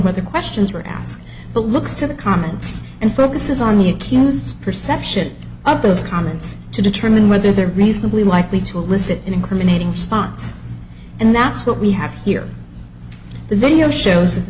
where the questions were asked but looks to the comments and focuses on the accused perception of those comments to determine whether they're reasonably likely to elicit an incriminating spots and that's what we have here the video shows th